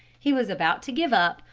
he was about to give up,